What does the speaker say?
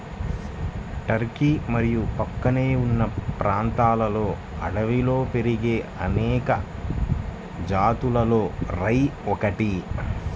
Turkey మరియు ప్రక్కనే ఉన్న ప్రాంతాలలో అడవిలో పెరిగే అనేక జాతులలో రై ఒకటి